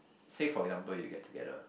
say for example you get together